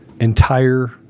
entire